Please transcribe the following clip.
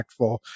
impactful